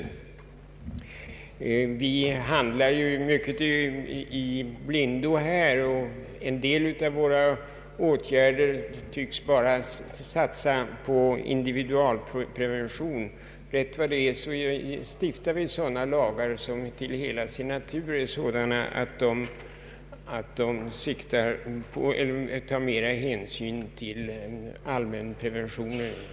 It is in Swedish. Samhället handlar nu mycket i blindo, och i en del åtgärder tycks man bara vilja ta hänysn till individualpreventionen. Men rätt vad det är stiftar vi lagar som till hela sin natur är sådana att de tar mera hänsyn till allmänpreventionen.